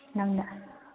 ꯅꯪꯅ